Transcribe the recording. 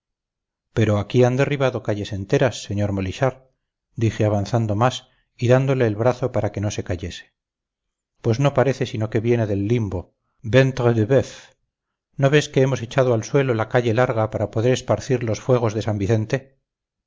pero aquí han derribado calles enteras señor molichard dije avanzando más y dándole el brazo para que no se cayese pues no parece sino que viene del limbo ventre de buf no ves que hemos echado al suelo la calle larga para poder esparcir los fuegos de san vicente